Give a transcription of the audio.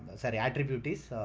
sorry. attribute is, ah,